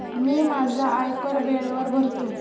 मी माझा आयकर वेळेवर भरतो